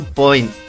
point